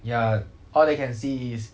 ya all they can see is